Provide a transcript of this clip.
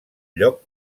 lloc